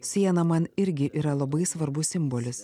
siena man irgi yra labai svarbus simbolis